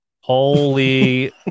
Holy